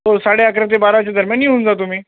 हो साडे अकरा ते बाराच्या दरम्यान येऊन जा तुम्ही